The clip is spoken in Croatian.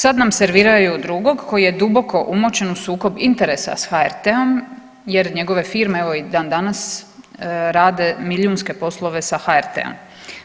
Sad nam serviraju drugog koji je duboko umočen u sukob interesa s HRT-om jer njegove firme evo i dan danas rade milijunske poslove s HRT-om.